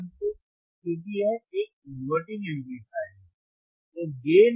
क्योंकि यह एक इन्वेर्टिंग एम्पलीफायर है